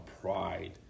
pride